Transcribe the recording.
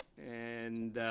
and